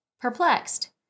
perplexed